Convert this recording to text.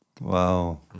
Wow